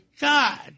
God